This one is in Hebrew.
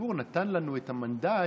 שהציבור נתן לנו את המנדט